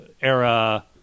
era